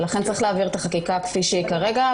ולכן צריך להעביר את החקיקה כפי שהיא כרגע,